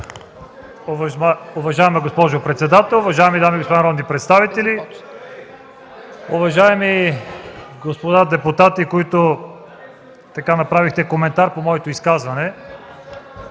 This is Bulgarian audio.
Уважаема госпожо председател, уважаеми дами и господа народни представители, уважаеми депутати, които направихте коментар по моето изказване!